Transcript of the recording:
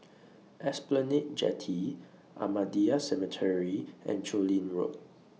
Esplanade Jetty Ahmadiyya Cemetery and Chu Lin Road